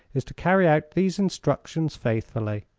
is to carry out these instructions faithfully.